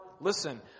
Listen